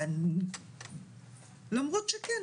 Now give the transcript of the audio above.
למרות שכן,